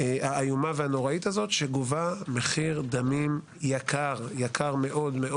האיומה והנוראית הזאת שגובה מחיר דמים יקר מאוד.